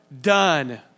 done